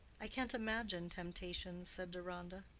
i can't imagine temptations, said deronda.